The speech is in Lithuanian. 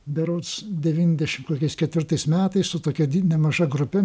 berods devyndešim kokiais ketvirtais metais su tokia did nemaža grupe